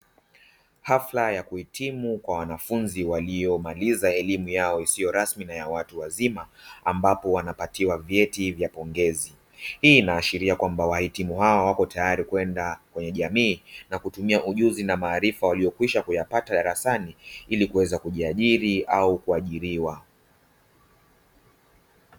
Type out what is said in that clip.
Hafla ya kuhitimi kwa wanafunzi waliyomaliza elimu yao isiyo rasmi na ya watu wazima, ambapo wanapatiwa vyeti vya pongezi. Hii inaashiria kwamba wahitimu hao wako tayari kwenda kwenye jamii, na kutumia ujuzi na maarifa waliyokwisha kuyapata darasani ili kuweza kujiajiri au kuajiriwa.